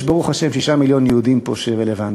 יש ברוך השם 6 מיליון יהודים פה שרלוונטיים,